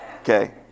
Okay